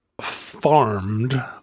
farmed